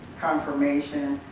confirmation,